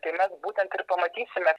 tai mes būtent ir pamatysime